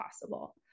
possible